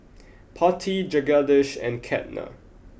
Potti Jagadish and Ketna